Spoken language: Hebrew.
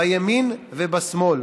בימין ובשמאל,